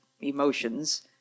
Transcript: emotions